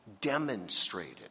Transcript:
demonstrated